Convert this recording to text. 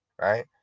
right